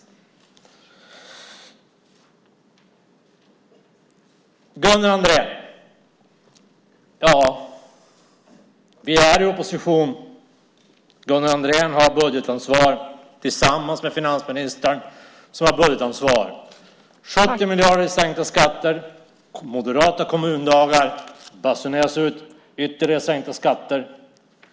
Till Gunnar Andrén vill jag säga: Ja, vi är i opposition. Gunnar Andrén har tillsammans med finansministern budgetansvar - 70 miljarder i sänkta skatter, på moderata kommundagar basuneras det ut ytterligare sänkta skatter.